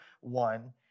one